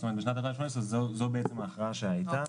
זאת אומרת, בשנת 2018 זו בעצם ההכרעה שהייתה.